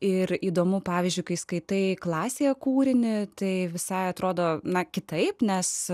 ir įdomu pavyzdžiui kai skaitai klasėje kūrinį tai visai atrodo na kitaip nes